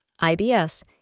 IBS